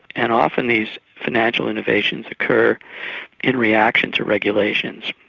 and often these financial innovations occur in reaction to regulations,